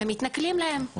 ומתנכלים להם.